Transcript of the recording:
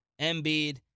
Embiid